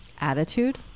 attitude